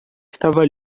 estava